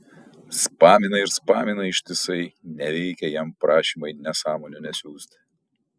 spamina ir spamina ištisai neveikia jam prašymai nesąmonių nesiųst